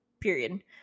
period